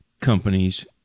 companies